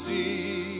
See